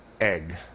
Egg